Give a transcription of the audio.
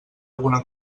alguna